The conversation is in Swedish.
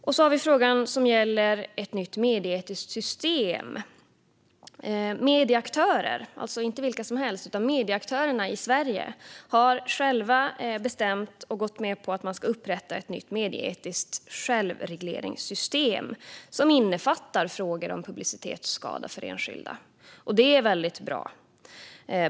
Sedan har vi frågan om ett nytt medieetiskt system. Medieaktörer, alltså inte vilka som helst utan medieaktörerna i Sverige, har själva bestämt och gått med på att upprätta ett nytt medieetiskt självregleringssystem som innefattar frågor om publicitetsskada för enskilda. Det är väldigt bra.